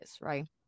right